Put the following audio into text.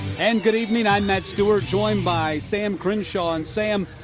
and good evening, i'm matt stewart, joined by sam crenshaw. and sam,